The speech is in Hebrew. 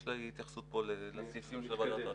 יש פה התייחסות לסעיפים של ועדת אדם.